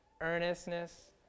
earnestness